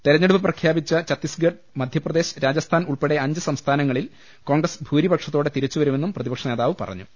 തെരഞ്ഞെടുപ്പ് പ്രഖ്യാപിച്ച ഛത്തീസ്ഗഡ് മധ്യപ്രദേശ് രാജസ്ഥാൻ ഉൾപ്പെടെ അഞ്ച് സംസ്ഥാനങ്ങളിൽ കോൺഗ്രസ് ഭൂരിപക്ഷത്തോടെ തിരിച്ചുവരുമെന്നും പ്രതിപക്ഷനേതാവ് പറഞ്ഞു